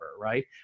right